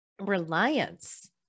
reliance